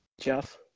Jeff